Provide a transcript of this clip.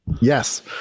yes